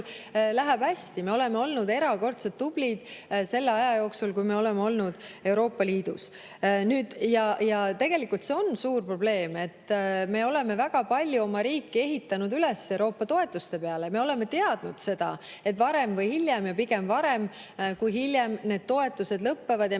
läheb hästi. Me oleme olnud erakordselt tublid selle aja jooksul, kui me oleme olnud Euroopa Liidus. Tegelikult see on suur probleem, et me oleme väga palju oma riiki ehitanud üles Euroopa toetuste peale. Me oleme teadnud seda, et varem või hiljem – ja pigem varem kui hiljem – need toetused lõppevad ja